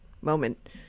moment